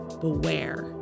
beware